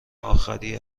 آخری